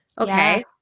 Okay